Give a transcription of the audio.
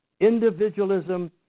individualism